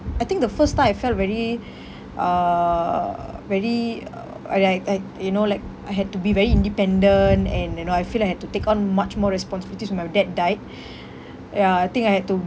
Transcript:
I think the first time I felt very uh very uh uh like like you know like I had to be very independent and you know I feel I had to take on much more responsibilities when my dad died ya I think I had to